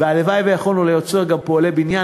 והלוואי שיכולנו לייצר גם פועלי בניין,